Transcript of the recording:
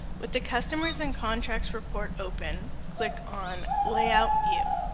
with the customersandcontracts report open click on layout view.